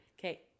okay